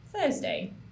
Thursday